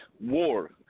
war